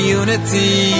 unity